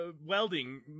welding